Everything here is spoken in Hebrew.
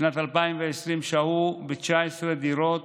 בשנת 2020 שהו ב-19 דירות